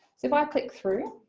so if i click through,